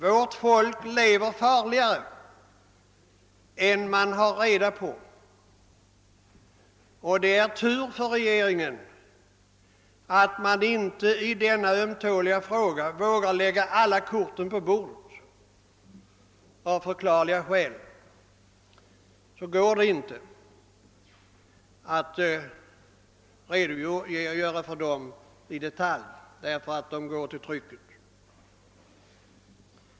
Vårt folk lever farligare än det har reda på, och det är tur för regeringen att man inte i denna ömtåliga fråga vågar lägga alla korten på bordet. Av förklarliga skäl går det inte att redogöra för alla detaljer, eftersom de då går till trycket.